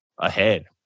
ahead